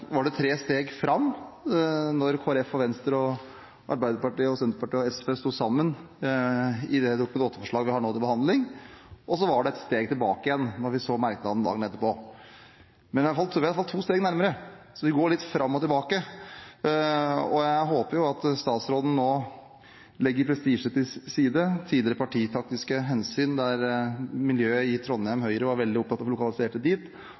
var det tre steg fram da Kristelig Folkeparti, Venstre, Arbeiderpartiet, Senterpartiet og SV sto sammen i det Dokument 8-forslaget vi nå har til behandling. Og så var det ett steg tilbake igjen da vi så merknaden dagen etterpå. Men vi er i hvert fall to steg nærmere. Så vi går litt fram og tilbake. Jeg håper at statsråden nå legger prestisjen og tidligere partitaktiske hensyn til side – miljøet i Trondheim Høyre var veldig opptatt av å få lokalisert det dit